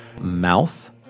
mouth